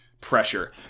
pressure